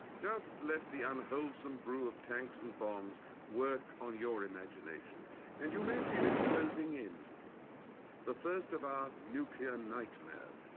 just let the unwholesome brew of tanks and bombs work on your imagination and you may feel it closing in the first of our nuclear nightmares.